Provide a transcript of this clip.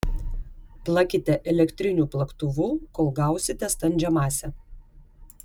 plakite elektriniu plaktuvu kol gausite standžią masę